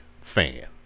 fan